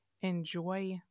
enjoy